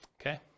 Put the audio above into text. okay